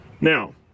Now